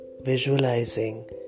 visualizing